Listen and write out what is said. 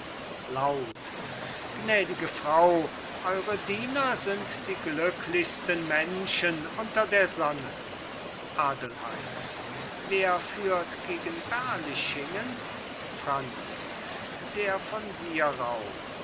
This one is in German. gnädige frau eure diener sind die glücklichsten menschen unter der sonne adelheid wer führt gegen berlichingen franz der von sirau